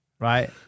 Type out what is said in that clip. Right